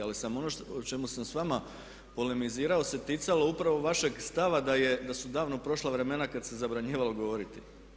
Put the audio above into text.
Ali sam ono o čemu sam s vama polemizirao se ticalo upravo vašeg stava da su davno prošla vremena kad se zabranjivalo govoriti.